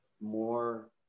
more